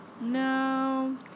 No